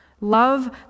love